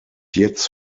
jetzt